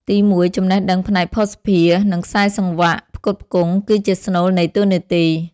ទីមួយ ចំណេះដឹងផ្នែកភស្តុភារ និងខ្សែសង្វាក់ផ្គត់ផ្គង់ គឺជាស្នូលនៃតួនាទី។